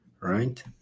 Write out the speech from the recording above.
right